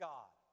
God